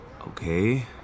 Okay